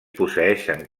posseeixen